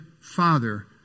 Father